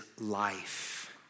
life